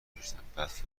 داشتن، بعد